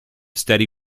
steady